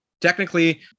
technically